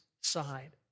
side